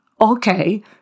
okay